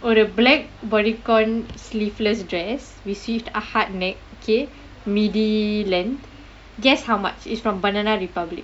for the black Bodycon sleeveless dress with a heart neck midi length guess how much is from Banana Republic